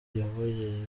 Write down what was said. ayoboye